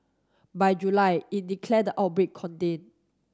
by July it declared the outbreak contained